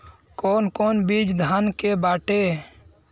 कौन कौन बिज धान के बाटे?